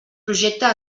projecte